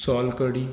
सोलकडी